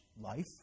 life